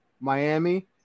miami